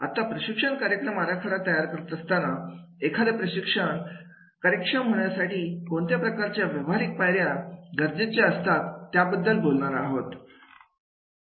आता प्रशिक्षण कार्यक्रम आराखडा तयार करत असताना एखादे प्रशिक्षण कार्यक्षम होण्यासाठी कोणत्या प्रकारच्या व्यवहारिक पायऱ्या गरजेच्या असतात त्याबद्दल बोलणार आहोत